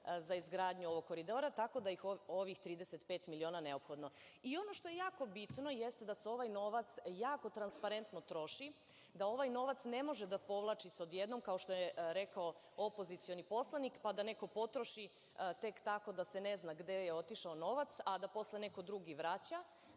za izgradnju ovog Koridora tako da je ovih 35 miliona neophodno. Ono što je jako bitno, jeste da se ovaj novac jako transparentno troši, da ovaj novac ne može da povlači se odjednom, kao što je rekao opozicioni poslanik, pa da neko potroši tek tako da se ne zna gde je otišao novac, a da posle neko drugi vraća.